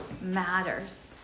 matters